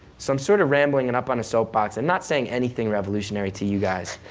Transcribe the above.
so, i'm sort of rambling and up on a soapbox, and not saying anything revolutionary to you guys,